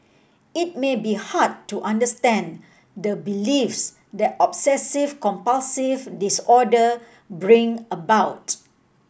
it may be hard to understand the beliefs that obsessive compulsive disorder bring about